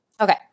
Okay